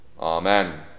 Amen